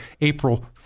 April